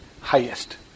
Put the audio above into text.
highest